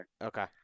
Okay